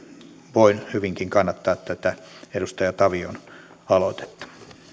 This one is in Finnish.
voin hyvinkin kannattaa tätä edustaja tavion aloitetta